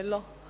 לא.